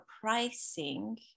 pricing